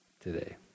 today